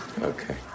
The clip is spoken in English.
Okay